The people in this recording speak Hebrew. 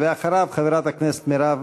אחריו, חברת הכנסת מירב